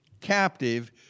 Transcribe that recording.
captive